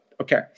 Okay